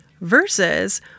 versus